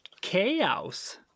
chaos